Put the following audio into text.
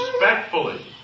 respectfully